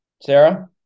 Sarah